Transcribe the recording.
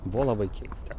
buvo labai keista